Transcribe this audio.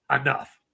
enough